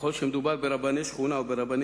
ככל שמדובר ברבני שכונה או ברבני